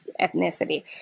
ethnicity